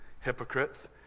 hypocrites